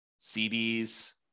CDs